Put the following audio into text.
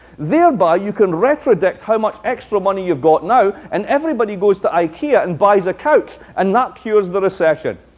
thereby, you can retro-dict how much extra money you've got now, and everybody goes to ikea and buys a couch. and that cures the recession.